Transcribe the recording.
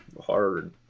hard